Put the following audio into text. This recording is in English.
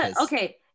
Okay